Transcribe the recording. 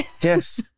Yes